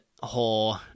whole